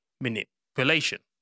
manipulation